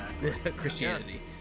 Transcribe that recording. christianity